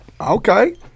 Okay